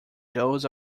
those